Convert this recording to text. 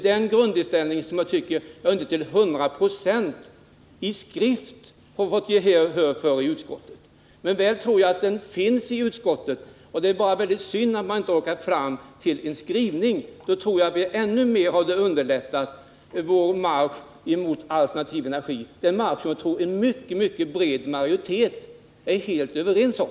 Den grundinställningen har vi inte till 100 96 fått gehör för i utskottets skrivning, men jag tror att den finns i utskottet. Det är synd att man inte också orkat fram till en sådan skrivning. Det tror jag hade underlättat vår marsch mot alternativ energi. Den marschen tror jag att en mycket bred majoritet är helt ense om.